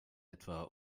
etwa